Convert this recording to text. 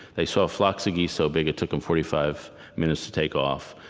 they saw flocks of geese so big it took them forty five minutes to take off.